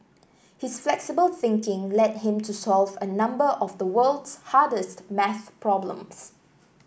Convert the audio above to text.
his flexible thinking led him to solve a number of the world's hardest math problems